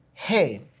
hey